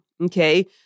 okay